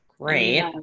Great